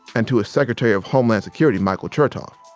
and to his secretary of homeland security, michael chertoff.